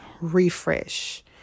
refresh